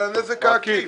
בנזק העקיף.